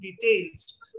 details